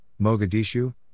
Mogadishu